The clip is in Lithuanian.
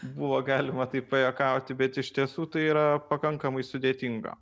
buvo galima taip pajuokauti bet iš tiesų tai yra pakankamai sudėtinga